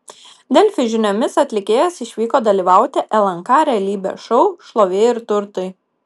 delfi žiniomis atlikėjas išvyko dalyvauti lnk realybės šou šlovė ir turtai